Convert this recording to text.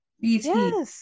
BT